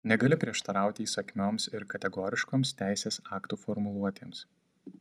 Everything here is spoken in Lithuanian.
negali prieštarauti įsakmioms ir kategoriškoms teisės aktų formuluotėms